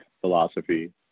philosophy